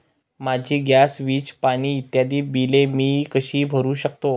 माझी गॅस, वीज, पाणी इत्यादि बिले मी कशी भरु शकतो?